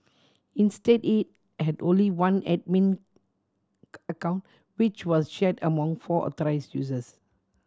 instead it had only one admin account which was shared among four authorise users